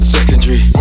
Secondary